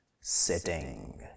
sitting